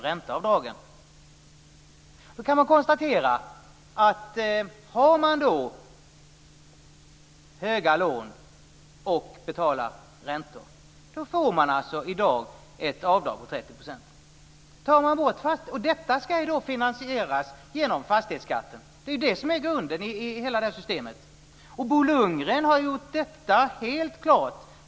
Har man stora lån och betalar räntor får man i dag ett avdrag på 30 %. Detta ska finansieras genom fastighetsskatten; det är ju det som är grunden i hela det här systemet. Bo Lundgren har gjort detta helt klart.